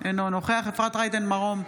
אינו נוכח אפרת רייטן מרום,